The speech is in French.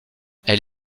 elle